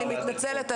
אני מתנצלת,